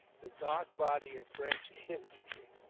the dark body of french infantry,